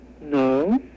No